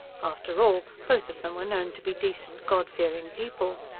after all, both of them were known to be decent, god-fearing people.